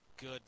good